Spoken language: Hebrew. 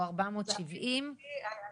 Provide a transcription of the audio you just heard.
470,000